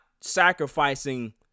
sacrificing